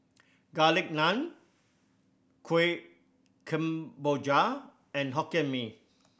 Garlic Naan Kuih Kemboja and Hokkien Mee